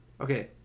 Okay